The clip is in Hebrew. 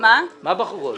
מה בחורות?